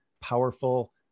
powerful